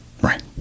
Right